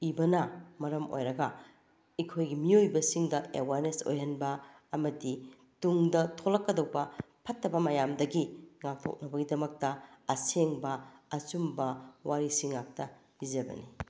ꯏꯕꯅ ꯃꯔꯝ ꯑꯣꯏꯔꯒ ꯑꯩꯈꯣꯏꯒꯤ ꯃꯤꯑꯣꯏꯕꯁꯤꯡꯗ ꯑꯦꯋꯥꯔꯅꯦꯁ ꯑꯣꯏꯍꯟꯕ ꯑꯃꯗꯤ ꯇꯨꯡꯗ ꯊꯣꯂꯛꯀꯗꯧꯕ ꯐꯠꯇꯕ ꯃꯌꯥꯝꯗꯒꯤ ꯉꯥꯛꯊꯣꯛꯅꯕꯒꯤꯗꯃꯛꯇ ꯑꯁꯦꯡꯕ ꯑꯆꯨꯝꯕ ꯋꯥꯔꯤꯁꯤ ꯉꯥꯛꯇ ꯏꯖꯒꯅꯤ